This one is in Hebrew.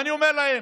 ואני אומר להם: